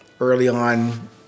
early-on